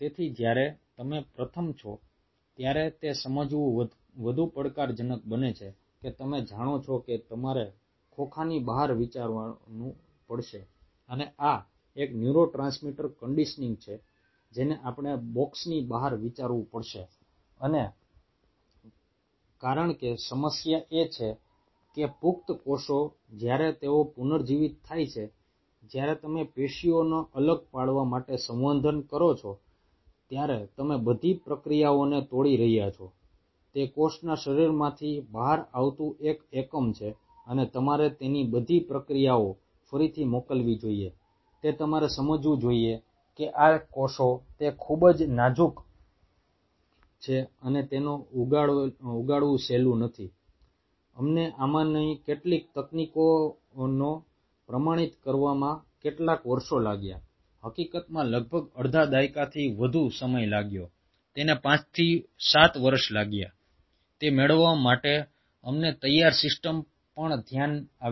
તેથી જ્યારે તમે પ્રથમ છો ત્યારે તે સમજવું વધુ પડકારજનક બને છે કે તમે જાણો છો કે તમારે ખોખાની બહાર વિચારવું પડશે અને આ એક ન્યુરોટ્રાન્સમીટર કન્ડીશનીંગ છે જેને આપણે બોક્સની બહાર વિચારવું પડશે અને કારણ કે સમસ્યા એ છે કે પુખ્ત કોષો જ્યારે તેઓ પુનર્જીવિત થાય છે જ્યારે તમે પેશીઓને અલગ પાડવા માટે સંવર્ધન કરો છો ત્યારે તમે બધી પ્રક્રિયાઓને તોડી રહ્યા છો તે કોષના શરીરમાંથી બહાર આવતું એક એકમ છે અને તમારે તેની બધી પ્રક્રિયાઓ ફરીથી મોકલવી જોઈએ તે તમારે સમજવું જોઈએ કે આ કોષો તે ખૂબ જ નાજુક છે અને તેને ઉગાડવું સહેલું નથી અમને આમાંની કેટલીક તકનીકીઓને પ્રમાણિત કરવામાં કેટલાય વર્ષો લાગ્યા હકીકતમાં લગભગ અડધા દાયકાથી વધુ સમય લાગ્યો તેને 5 થી 7 વર્ષ લાગ્યા તે મેળવવા માટે અમને તૈયાર સિસ્ટમ પણ ધ્યાન આવ્યું